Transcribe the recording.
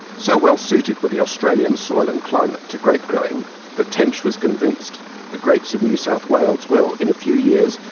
so well suited were the australian soil and climate to grape-growing that tench was convinced the grapes of new south wales will, in a few years,